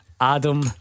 Adam